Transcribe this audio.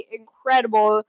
incredible